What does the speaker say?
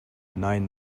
nine